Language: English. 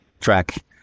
track